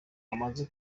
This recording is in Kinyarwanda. bamaze